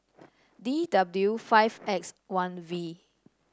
D W five X one V